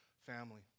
family